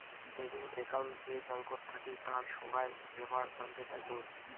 savings account যে ব্যাঙ্কত থাকি তার সোগায় বেপার জানতে পাইচুঙ